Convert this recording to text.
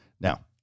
Now